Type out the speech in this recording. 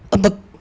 um b~